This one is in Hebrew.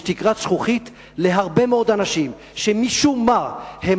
יש תקרת זכוכית להרבה מאוד אנשים שמשום מה הם